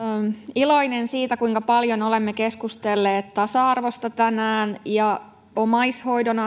iloinen siitä kuinka paljon olemme keskustelleet tänään tasa arvosta ja omaishoidon